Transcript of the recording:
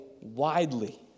widely